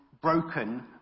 broken